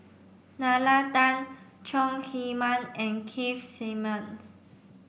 Nalla Tan Chong Heman and Keith Simmons